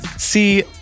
See